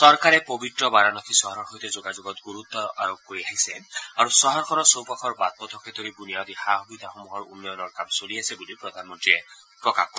চৰকাৰে পবিত্ৰ বাৰানসী চহৰৰ সৈতে যোগাযোগত গুৰুত্ব আৰোপ কৰি আহিছে আৰু চহৰখনৰ চৌপাশৰ বাট পথকে ধৰি বুনিয়াদী সা সুবিধাসমূহৰ উন্নয়নৰ কাম চলি আছে বুলি প্ৰধানমন্ত্ৰীয়ে প্ৰকাশ কৰে